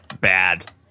bad